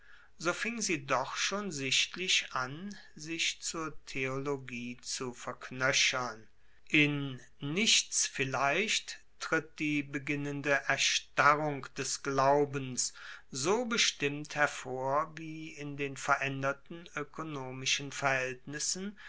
so fing sie doch schon sichtlich an sich zur theologie zu verknoechern in nichts vielleicht tritt die beginnende erstarrung des glaubens so bestimmt hervor wie in den veraenderten oekonomischen verhaeltnissen